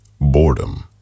Boredom